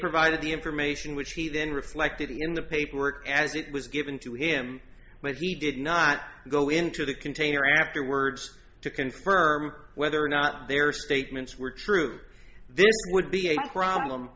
provided the information which he then reflected in the paperwork as it was given to him but he did not go into the container afterwards to confirm whether or not their statements were true there would be a problem